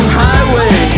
highway